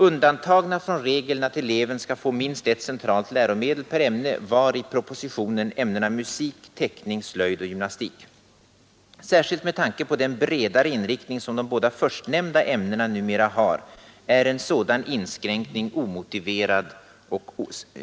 Undantagna från regeln att eleven skall få minst ett centralt läromedel per ämne var i propositionen ämnena musik, teckning, slöjd och gymnastik. Särskilt med tanke på den bredare inriktning som de båda förstnämnda ämnena numera har är en sådan inskränkning